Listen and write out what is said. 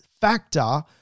factor